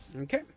Okay